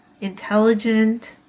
intelligent